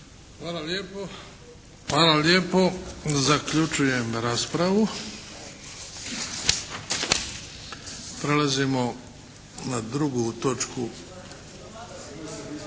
Luka (HDZ)** Hvala lijepo. Zaključujem raspravu. Prelazimo na 2. točku.